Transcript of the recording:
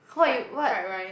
hor you what